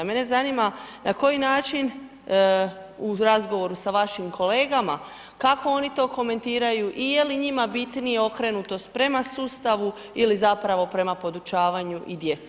Mene zanima na koji način u razgovoru sa vašim kolegama, kako oni to komentiraju i je li njima bitnije okrenutost prema sustavu ili zapravo prema podučavanju i djeci?